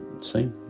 see